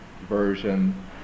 version